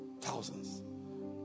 Thousands